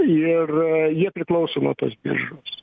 ir jie priklauso nuo tos biržos